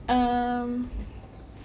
um